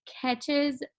catches